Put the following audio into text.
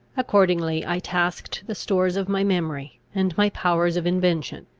accordingly i tasked the stores of my memory, and my powers of invention.